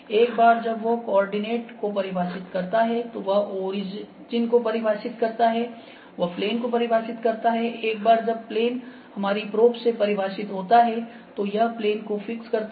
एक बार जब वह कोऑर्डिनेट को परिभाषित करता है तो वह ओरिजिन को परिभाषित करता है वह प्लेन को परिभाषित करता है एक बार जब प्लेन हमारी प्रोब से परिभाषित होता है तो यह प्लेन को फिक्स करता है